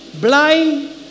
blind